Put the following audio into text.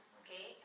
okay